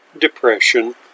depression